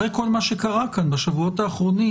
אחרי כל מה שקרה כאן בשבועות האחרונים